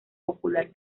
popular